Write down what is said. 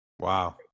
Wow